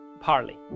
Parley